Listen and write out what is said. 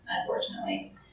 unfortunately